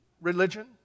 religion